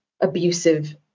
abusive